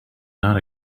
not